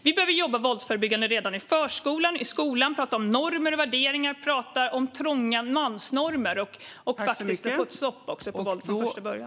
Vi behöver jobba våldsförebyggande redan i förskolan och skolan och prata om normer och värderingar och om trånga mansnormer för att faktiskt få ett stopp på våldet från första början.